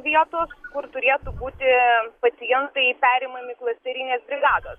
vietos kur turėtų būti pacientai perimami klasterinės brigados